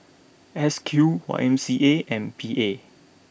S Q Y M C A and P A